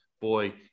Boy